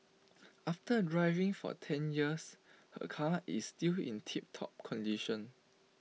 after driving for ten years her car is still in tiptop condition